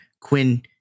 Quinn